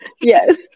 Yes